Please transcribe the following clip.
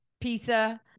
pizza